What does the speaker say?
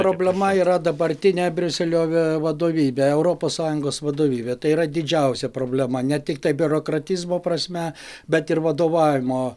problema yra dabartinė briuselio ve vadovybė europos sąjungos vadovybė tai yra didžiausia problema ne tiktai biurokratizmo prasme bet ir vadovavimo